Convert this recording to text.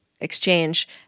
exchange